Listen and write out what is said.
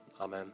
amen